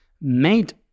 made